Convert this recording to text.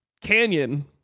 Canyon